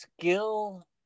skill